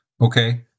okay